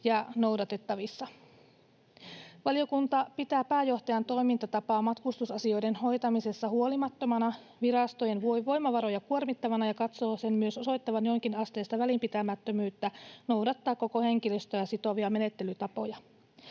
ja noudatettavissa. Valiokunta pitää pääjohtajan toimintatapaa matkustusasioiden hoitamisessa huolimattomana, virastojen voimavaroja kuormittavana ja katsoo sen myös osoittavan jonkinasteista välinpitämättömyyttä noudattaa koko henkilöstöä sitovia menettelytapoja.